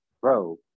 Bro